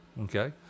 Okay